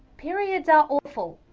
periods are awful.